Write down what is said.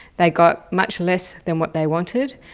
they got much less than what they wanted.